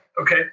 Okay